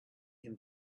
him